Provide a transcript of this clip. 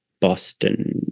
Boston